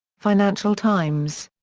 financial times.